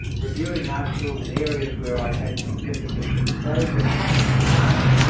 reviewing articles in areas where i had significant exposure in the past.